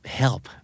help